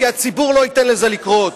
כי הציבור לא ייתן לזה לקרות.